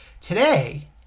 Today